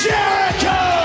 Jericho